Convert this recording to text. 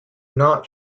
not